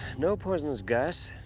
no poisonous gas.